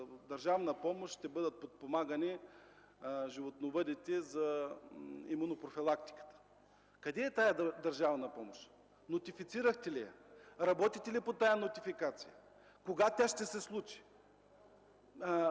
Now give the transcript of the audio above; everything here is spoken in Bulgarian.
държавна помощ ще бъдат подпомагани животновъдите за имунопрофилактиката. Къде е тази държавна помощ? Нотифицирахте ли я? Работите ли по тази нотификация? Кога тя ще се случи?